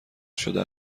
شده